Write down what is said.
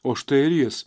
o štai ir jis